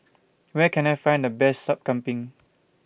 Where Can I Find The Best Sup Kambing